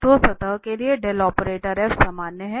तो सतह के लिए सामान्य है